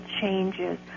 changes